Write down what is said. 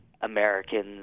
Americans